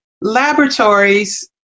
laboratories